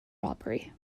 robbery